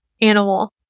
animal